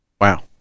Wow